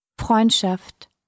Freundschaft